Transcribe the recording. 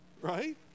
right